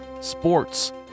sports